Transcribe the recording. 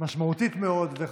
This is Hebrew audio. משמעותית מאוד וחשובה.